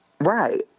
Right